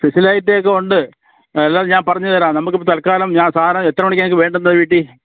സ്പെഷ്യലായിട്ടൊക്കെ ഉണ്ട് എല്ലാം ഞാൻ പറഞ്ഞു തരാം നമുക്കിപ്പോൾ തൽക്കാലം ഞാൻ സാറ് എത്ര മണിക്കാണ് നിങ്ങൾക്ക് വേണ്ടുന്നത് വീട്ടിൽ